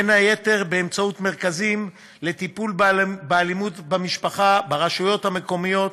בין היתר באמצעות מרכזים לטיפול באלימות במשפחה ברשויות המקומיות,